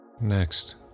Next